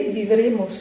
vivremo